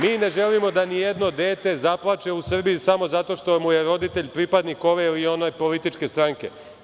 Mi ne želimo da nijedno dete zaplače u Srbiji samo zato što mu je roditelj pripadnik ove ili one političke stranke.